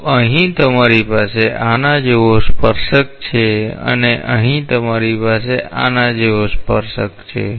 તો અહીં તમારી પાસે આના જેવો સ્પર્શક છે અને અહીં તમારી પાસે આના જેવો સ્પર્શક છે